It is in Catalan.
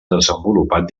desenvolupat